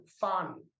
fun